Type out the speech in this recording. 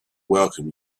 welcome